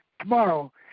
tomorrow